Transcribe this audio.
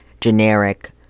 generic